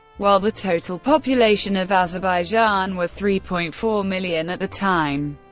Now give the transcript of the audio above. while the total population of azerbaijan was three point four million at the time.